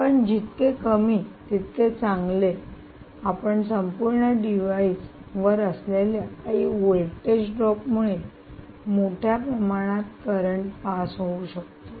आपण जितके कमी तितके चांगले आपण संपूर्ण डिव्हाइस वर असलेल्या काही व्होल्टेज ड्रॉप मुळे मोठ्या प्रमाणात करंट पास होऊ शकतो